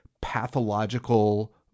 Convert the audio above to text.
pathological